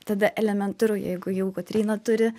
tada elementaru jeigu jau kotryna turi